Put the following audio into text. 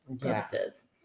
purposes